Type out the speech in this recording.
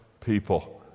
people